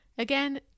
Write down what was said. Again